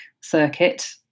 circuit